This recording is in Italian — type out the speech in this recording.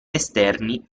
esterni